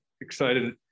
excited